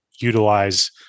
utilize